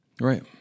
Right